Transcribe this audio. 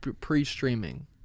pre-streaming